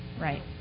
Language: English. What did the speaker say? Right